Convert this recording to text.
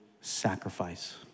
sacrifice